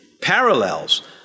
parallels